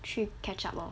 去 catch up lor